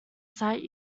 sight